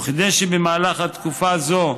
וכדי שבמהלך תקופה זו